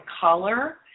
color